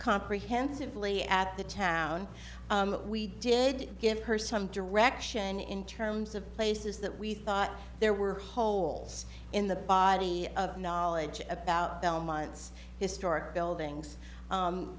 comprehensively at the town we did give her some direction in terms of places that we thought there were holes in the body of knowledge about belmont's historic buildings